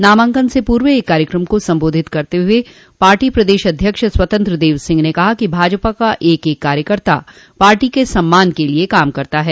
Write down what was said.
नामांकन से पूर्व एक कार्यक्रम को संबोधित करते हुए पार्टी प्रदेश अध्यक्ष स्वतंत्र देव सिंह ने कहा कि भाजपा का एक एक कार्यकर्ता पार्टी के सम्मान क लिये काम करता है